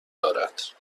دارد